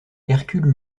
hercule